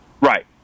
Right